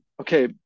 okay